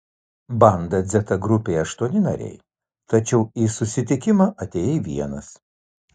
banda dzeta grupėje aštuoni nariai tačiau į susitikimą atėjai vienas